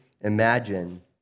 imagine